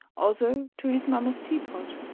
also to his mama's teapot,